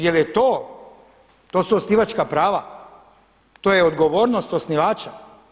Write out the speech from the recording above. Jer je to, to su osnivačka prava, to je odgovornost osnivača?